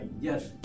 yes